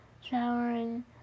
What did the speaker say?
showering